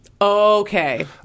Okay